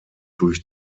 durch